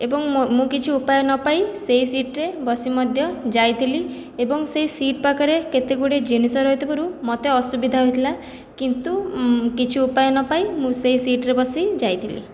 ଏବଂ ମୋ ମୁଁ କିଛି ଉପାୟ ନ ପାଇ ସେହି ସିଟ୍ରେ ବସି ମଧ୍ୟ ଯାଇଥିଲି ଏବଂ ସେହି ସିଟ୍ ପାଖରେ କେତେ ଗୁଡ଼ିଏ ଜିନିଷ ରହି ଥିବାରୁ ମୋତେ ଅସୁବିଧା ହୋଇଥିଲା କିନ୍ତୁ କିଛି ଉପାୟ ନ ପାଇ ମୁଁ ସେହି ସିଟ୍ରେ ବସି ଯାଇଥିଲି